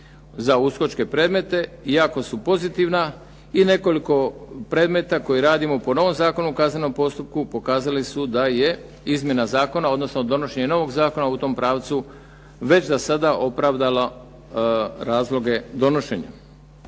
za USKOK-e predmete jako su pozitivna i nekoliko predmeta koje radimo po novom Zakonu o kaznenom postupku pokazali su da je izmjena zakona, odnosno donošenje novog zakona u tom pravcu već zasada opravdalo razloge donošenja.